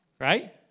Right